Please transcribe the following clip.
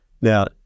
now